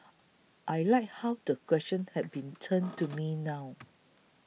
I like how the question has been turned to me now